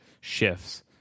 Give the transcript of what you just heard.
shifts